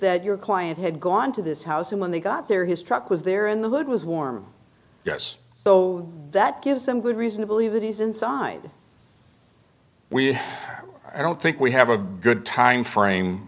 that your client had gone to his house and when they got there his truck was there in the hood was warm yes so that gives him good reason to believe that he's inside we i don't think we have a good time frame